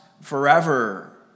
forever